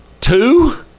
two